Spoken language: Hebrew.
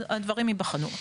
הדברים ייבחנו.